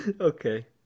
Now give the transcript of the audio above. Okay